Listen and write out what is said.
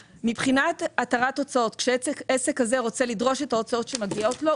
מבחינת התרת הוצאות: כשהעסק הזה רוצה לדרוש את ההוצאות שמגיעות לו,